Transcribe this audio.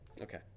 Okay